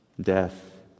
death